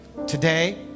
today